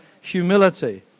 humility